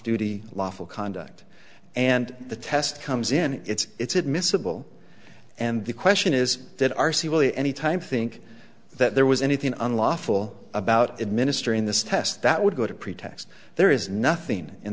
duty lawful conduct and the test comes in it's admissible and the question is did r c really anytime think that there was anything unlawful about administering this test that would go to pretext there is nothing in